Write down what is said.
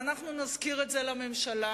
ואנחנו נזכיר את זה לממשלה,